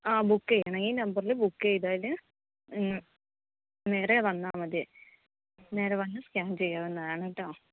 ആ ബുക്കെയ്യണം ഈ നമ്പറില് ബുക്കെയ്താല് നേരെ വന്നാൽ മതി നേരെ വന്ന് സ്കാൻ ചെയ്യാവുന്നതാണൂട്ടോ